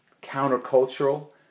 counter-cultural